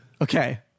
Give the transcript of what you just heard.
Okay